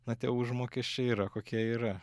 na tie užmokesčiai yra kokia yra